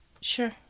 Sure